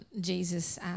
Jesus